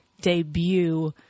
debut